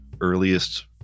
earliest